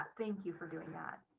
thank you for doing that.